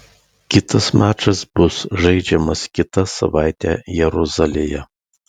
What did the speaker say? kitas mačas bus žaidžiamas kitą savaitę jeruzalėje